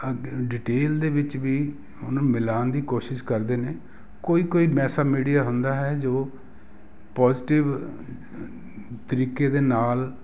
detail ਦੇ ਵਿੱਚ ਵੀ ਉਹਨੂੰ ਮਿਲਾਉਣ ਦੀ ਕੋਸ਼ਿਸ਼ ਕਰਦੇ ਨੇ ਕੋਈ ਕੋਈ ਐਸਾ ਮੀਡੀਆ ਹੁੰਦਾ ਹੈ ਜੋ ਪੋਜ਼ਟਿਵ ਤਰੀਕੇ ਦੇ ਨਾਲ